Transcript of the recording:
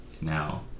now